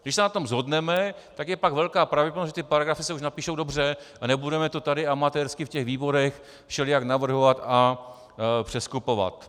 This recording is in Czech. Když se na tom shodneme, tak je pak velká pravděpodobnost, že ty paragrafy se už napíšou dobře a nebudeme to tady amatérsky v těch výborech všelijak navrhovat a přeskupovat.